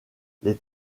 les